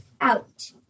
out